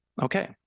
Okay